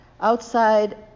Outside